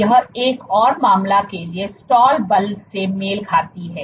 तो यह एक और मामले के लिए स्टाल बल से मेल खाती है